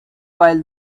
while